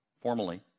formally